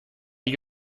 gli